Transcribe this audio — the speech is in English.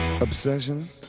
obsession